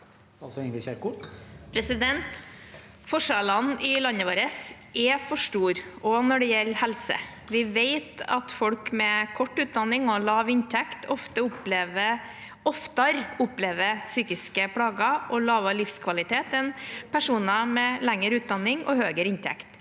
Forskjellene i landet vårt er for store, også når det gjelder helse. Vi vet at folk med kort utdanning og lav inntekt oftere opplever psykiske plager og lavere livskvalitet enn personer med lengre utdanning og høyere inntekt.